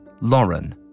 Lauren